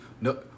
no